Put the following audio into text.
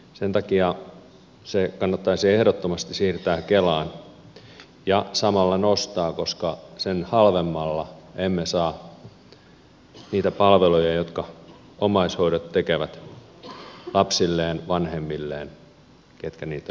sen takia se kannattaisi ehdottomasti siirtää kelaan ja samalla sitä nostaa koska sen halvemmalla emme saa niitä palveluja jotka omaishoitajat tekevät lapsilleen vanhemmilleen ketkä niitä nyt tarvitsevat